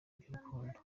iby’urukundo